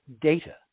data